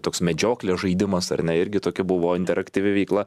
toks medžioklės žaidimas ar ne irgi tokia buvo interaktyvi veikla